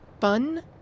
Fun